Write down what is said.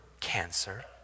cancer